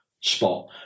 spot